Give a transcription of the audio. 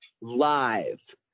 live